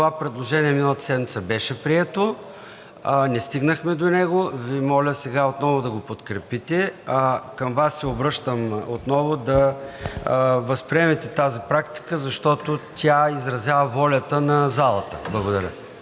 това предложение миналата седмица беше прието, но не стигнахме до него, сега Ви моля отново да го подкрепите, а към Вас се обръщам отново да възприемете тази практика, защото тя изразява волята на залата. Благодаря.